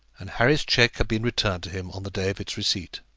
and harry's cheque had been returned to him on the day of its receipt.